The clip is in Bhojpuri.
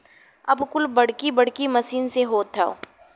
अब कुल बड़की बड़की मसीन से होत हौ